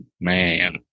man